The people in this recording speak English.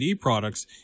products